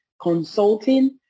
consulting